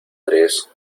tres